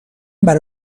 برا